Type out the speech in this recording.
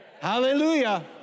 Hallelujah